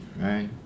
right